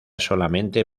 solamente